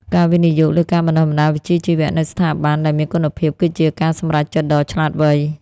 ការវិនិយោគលើការបណ្តុះបណ្តាលវិជ្ជាជីវៈនៅស្ថាប័នដែលមានគុណភាពគឺជាការសម្រេចចិត្តដ៏ឆ្លាតវៃ។